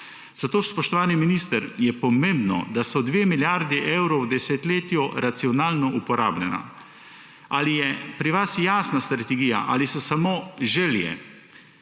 Zato, spoštovani minister, je pomembno, da sta 2 milijardi evrov v desetletju racionalno uporabljeni. Ali je pri vas jasna strategija ali so samo želje?